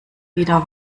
wieder